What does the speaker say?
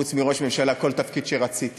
חוץ מראש ממשלה, כל תפקיד שרציתי